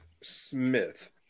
Smith